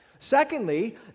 Secondly